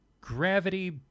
gravity